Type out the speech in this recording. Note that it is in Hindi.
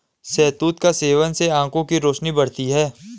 शहतूत के सेवन से आंखों की रोशनी बढ़ती है